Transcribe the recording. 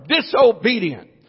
disobedient